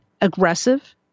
aggressive